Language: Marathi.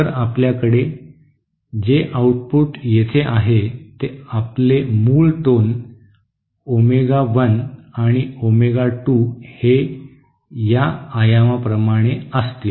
तर आपल्याकडे जे आउटपुट येथे आहे ते आपले मूळ टोन ओमेगा 1 आणि ओमेगा 2 हे या आयामाप्रमाणे असतील